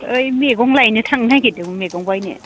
ओइ मैगं लाइनो थांनो नागिरदोंमोन मैगं बायनो